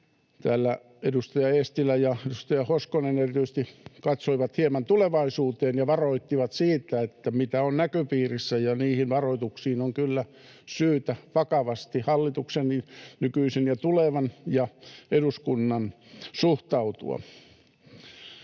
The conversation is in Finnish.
Täällä edustaja Eestilä ja edustaja Hoskonen erityisesti katsoivat hieman tulevaisuuteen ja varoittivat siitä, mitä on näköpiirissä, ja niihin varoituksiin on kyllä syytä hallituksen, niin nykyisen kuin tulevan, ja eduskunnan vakavasti